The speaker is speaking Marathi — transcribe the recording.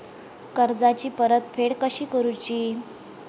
कर्जाची परतफेड कशी करूची?